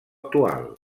actual